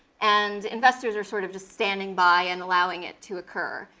and investors are sort of just standing by, and allowing it to occur.